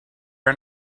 are